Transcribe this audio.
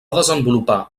desenvolupar